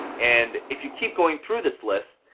and, if you keep going through this list,